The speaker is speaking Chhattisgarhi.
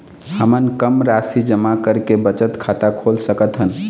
हमन कम राशि जमा करके बचत खाता खोल सकथन?